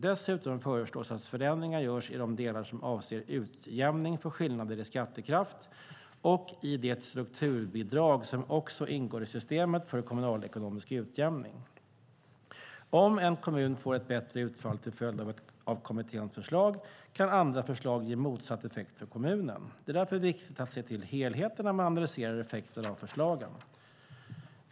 Dessutom föreslås att förändringar görs i de delar som avser utjämning för skillnader i skattekraft och i det strukturbidrag som också ingår i systemet för kommunalekonomisk utjämning. Om en kommun får ett bättre utfall till följd av ett av kommitténs förslag, kan andra förslag ge motsatt effekt för kommunen. Det är därför viktigt att se till helheten när man analyserar effekterna av förslagen.